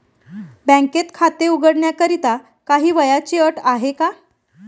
बँकेत खाते उघडण्याकरिता काही वयाची अट आहे का?